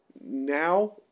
Now